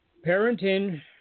parenting